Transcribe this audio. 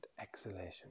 exhalation